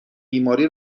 بیماری